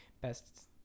best